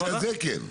בנושא הזה, כן.